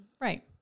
right